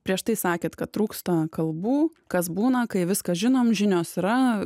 prieš tai sakėt kad trūksta kalbų kas būna kai viską žinom žinios yra